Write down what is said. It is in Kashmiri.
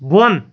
بۄن